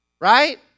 right